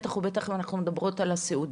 בטח ובטח אם אנחנו מדברות על הסיעודיים.